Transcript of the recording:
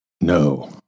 No